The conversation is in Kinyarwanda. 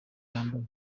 yambaye